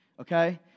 okay